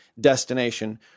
destination